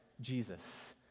Jesus